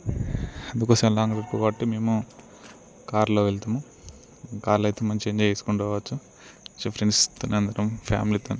అందుకోసమే long trip కాబట్టి మేము కారులో వెళ్తాము కార్లో అయితే మంచిగా ఎంజాయ్ చేసుకుంటూ పోవచ్చు సొ ఫ్రెండ్స్తోనే అందరం ఫ్యామిలీతోనే